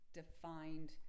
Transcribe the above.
defined